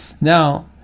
Now